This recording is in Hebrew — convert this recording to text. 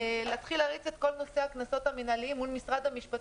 כל נושא הקנסות המנהליים מול משרד המשפטים.